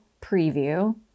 preview